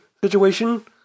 situation